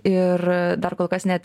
ir dar kol kas net